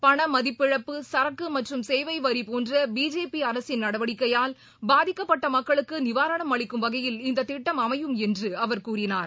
பணமதிப்பிழப்பு சரக்குமற்றும் சேவைவரிபோன்றபிஜேபிஅரசின் நடவடிக்கையால் பாதிக்கப்பட்டமக்களுக்குநிவாரணம் அளிக்கும் வகையில் இந்ததிட்டம் அமையும் என்றுஅவர் கூறினார்